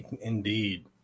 Indeed